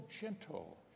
gentle